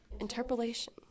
Interpolation